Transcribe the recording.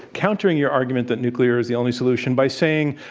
countering your argument that nuclear is the only solution, by saying,